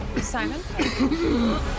Simon